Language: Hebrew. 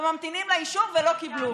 וממתינים לאישור ולא קיבלו.